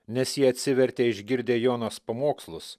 nes jie atsivertė išgirdę jonos pamokslus